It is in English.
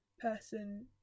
person